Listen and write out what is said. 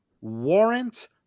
Warrant